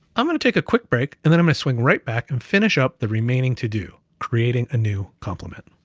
i'm gonna take a quick break, and then i'm gonna swing right back, and finish up the remaining to do, creating a new compliment.